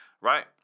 right